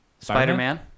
Spider-Man